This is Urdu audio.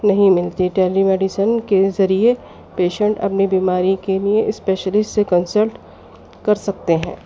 نہیں ملتیں ٹیلی میڈیسن کے ذریعے پیشنٹ اپنی بیماری کے لیے اسپیشلسٹ سے کنسلٹ کر سکتے ہیں